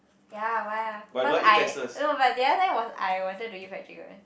ya why ah cause I no but the other time was I wanted to eat fried chicken